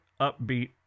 upbeat